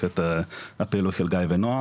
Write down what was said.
יש את הפעילות של גיא ונועם.